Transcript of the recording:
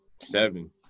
seven